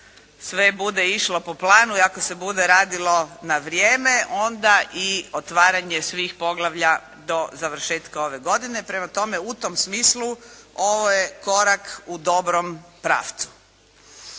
sve bude išlo po planu i ako se bude radilo na vrijeme, onda i otvaranje svih poglavlja do završetka ove godine. Prema tome, u tom smislu ovo je korak u dobrom pravcu.